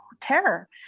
terror